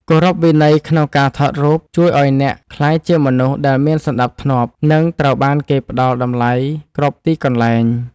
គោរពវិន័យក្នុងការថតរូបជួយឱ្យអ្នកក្លាយជាមនុស្សដែលមានសណ្តាប់ធ្នាប់ និង ត្រូវបានគេផ្តល់តម្លៃគ្រប់ទីកន្លែង។